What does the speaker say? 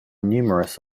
numerous